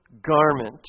garment